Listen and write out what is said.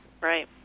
Right